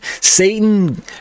Satan